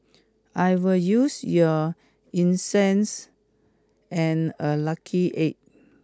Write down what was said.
I will use your incense and a lucky egg